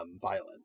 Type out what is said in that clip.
violent